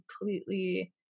completely